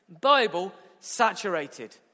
Bible-saturated